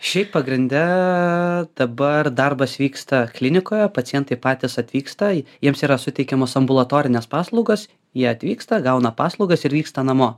šiaip pagrinde dabar darbas vyksta klinikoje pacientai patys atvyksta jiems yra suteikiamos ambulatorinės paslaugos jie atvyksta gauna paslaugas ir vyksta namo